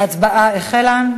ההצבעה החלה.